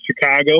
Chicago